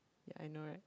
ya I know right